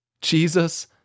Jesus